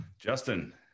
Justin